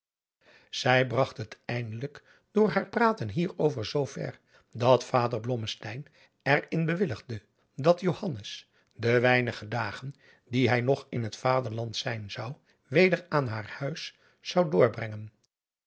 zij bragt het eindelijk door haar praten hierover zoover dat vader blommesteyn er in bewilligde dat johannes de weinige dagen die hij nog in het vaderland zijn zou weder aan haar huis zou doorbrengen